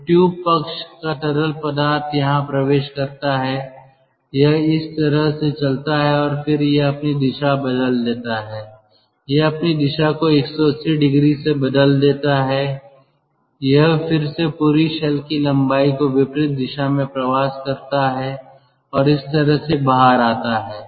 तो ट्यूब पक्ष का तरल पदार्थ यहां प्रवेश करता है यह इस तरह से चलता है और फिर यह अपनी दिशा बदल देता है यह अपनी दिशा को 180 डिग्री से बदल देता है यह फिर से पूरी शेल की लंबाई को विपरीत दिशा में प्रवास करता है और इस तरह से बाहर आता है